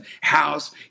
house